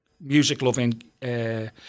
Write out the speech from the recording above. music-loving